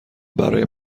برای